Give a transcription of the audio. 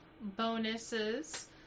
bonuses